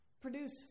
Produce